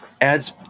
adds